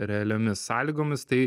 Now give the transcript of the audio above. realiomis sąlygomis tai